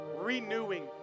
Renewing